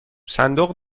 صندوق